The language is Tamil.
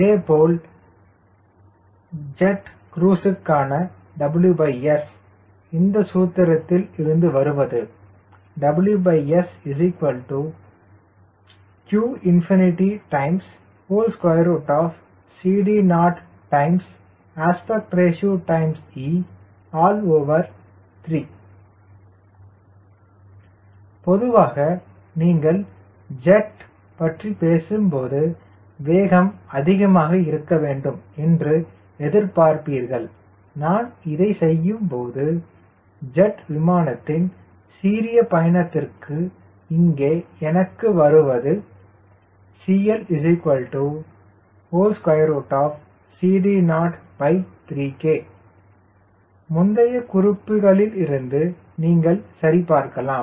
இதேபோல் ஜெட் க்ரோஸ்க்கான WS இந்த சூத்திரத்தில் இருந்து வருவது WSqCD0ARe3 பொதுவாக நீங்கள் ஜெட் பற்றி பேசும்போது வேகம் அதிகமாக இருக்க வேண்டும் என்று எதிர்பார்ப்பீர்கள் நான் இதைச் செய்யும்போது ஜெட் விமானத்தின் சீரிய பயணத்திற்கு இங்கே எனக்குத் தெரிவது CLCD03K முந்தைய குறிப்புகளிலிருந்து நீங்கள் சரிபார்க்கலாம்